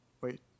Wait